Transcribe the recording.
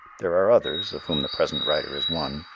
there are others, of whom the present writer is one,